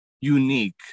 unique